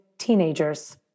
teenagers